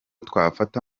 twafata